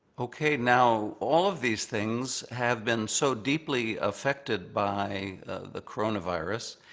okay. now all of these things have been so deeply affected by the coronavirus.